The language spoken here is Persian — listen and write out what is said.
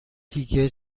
دیگه